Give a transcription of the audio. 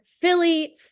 Philly